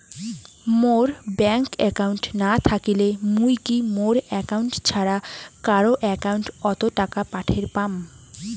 মোর bank account না থাকিলে মুই কি মোর একাউন্ট ছাড়া কারো একাউন্ট অত টাকা পাঠের পাম?